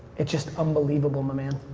it's just unbelievable, my man.